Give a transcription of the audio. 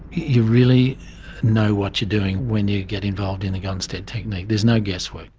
you really know what you're doing when you get involved in the gonstead technique, there's no guesswork.